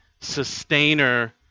sustainer